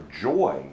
joy